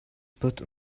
put